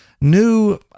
new